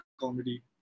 comedy